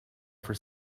for